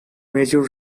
major